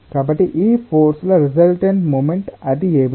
కాబట్టి ఈ ఫోర్స్ ల రిసల్టెంట్ మూమెంట్ అది ఏమిటి